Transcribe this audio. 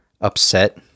upset